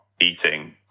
eating